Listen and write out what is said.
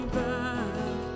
back